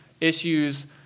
issues